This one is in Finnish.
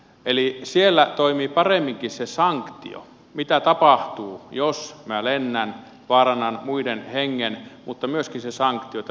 eli siellä toimii paremminkin se sanktio mitä tapahtuu jos minä lennän vaarannan muiden hengen mutta myöskin se sanktio että lähtee lupakirja